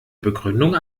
begründung